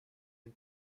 une